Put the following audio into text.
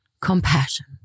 compassion